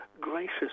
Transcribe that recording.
gracious